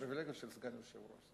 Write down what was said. פריווילגיה של סגן יושב-ראש,